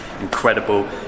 incredible